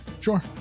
sure